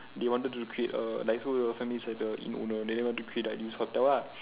they wanted to create a like so the family like the inn owner then they want to create like this hotel lah